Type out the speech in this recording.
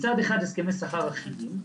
מצד אחד הסכמי שכר אחידים,